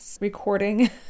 recording